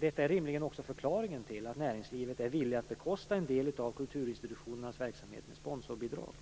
Detta är rimligen också förklaringen till att näringslivet är villigt att bekosta en del av kulturinstitutionernas verksamhet med sponsorbidrag.